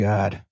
God